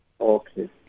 okay